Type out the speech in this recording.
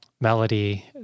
Melody